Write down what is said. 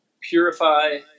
purify